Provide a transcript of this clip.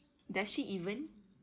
does she even